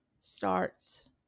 starts